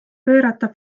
pöörata